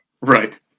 Right